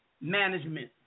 Management